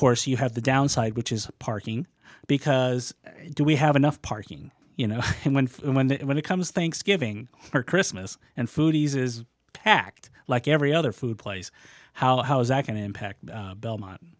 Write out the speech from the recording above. course you have the downside which is parking because we have enough parking you know when when when it comes thanksgiving or christmas and foodies is packed like every other food place how is that going to impact belmont